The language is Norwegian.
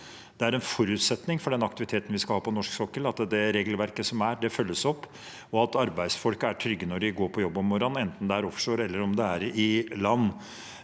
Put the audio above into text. Det er en forutsetning for den aktiviteten vi skal ha på norsk sokkel, at det regelverket som er, følges opp, og at arbeidsfolkene er trygge når de går på jobb om morgenen, enten det er offshore eller det